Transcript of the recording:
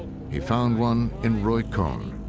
he found one in roy cohn,